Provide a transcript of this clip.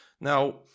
Now